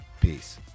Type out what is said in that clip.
Peace